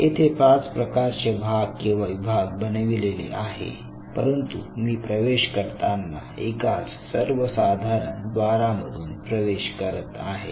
येथे पाच प्रकारचे भाग किंवा विभाग बनविलेले आहे परंतु मी प्रवेश करताना एकाच सर्वसाधारण द्वारामधून प्रवेश करत आहे